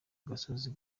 gasozi